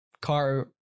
car